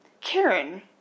Karen